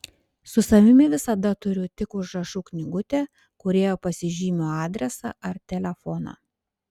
su savimi visada turiu tik užrašų knygutę kurioje pasižymiu adresą ar telefoną